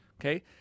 Okay